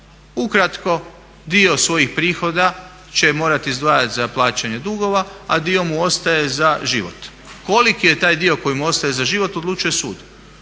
Ukratko, dio svojih prihoda će morat izdvajat za plaćanje dugova, a dio mu ostaje za život. Koliki je taj dio koji mu ostaje za život odlučuje sud.